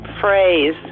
phrase